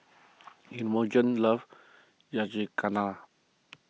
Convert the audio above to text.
Imogene loves Yakizakana